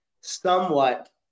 somewhat